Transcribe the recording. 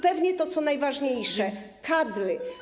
Pewnie to, co najważniejsze, to kadry.